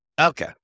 Okay